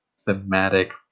thematic